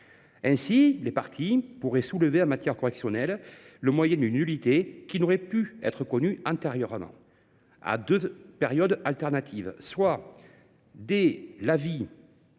Ainsi, les parties pourraient soulever, en matière correctionnelle, le moyen d’une nullité qui « n’aurait pu être connue antérieurement » à deux périodes alternatives : soit dès l’avis